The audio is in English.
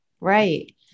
Right